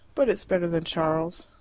but it's better than charles.